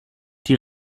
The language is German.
die